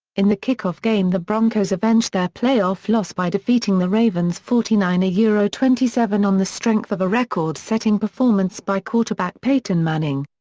in the kickoff game the broncos avenged their playoff loss by defeating the ravens forty nine yeah twenty seven on the strength of a record-setting performance by quarterback peyton manning.